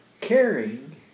caring